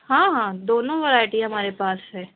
ہاں ہاں دونوں ورائیٹی ہمارے پاس ہے